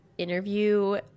interview